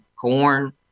corn